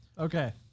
Okay